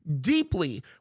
deeply